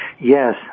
Yes